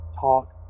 talk